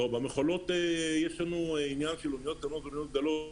במכולות יש לנו עניין של אוניות קטנות ואוניות גדולות,